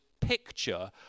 picture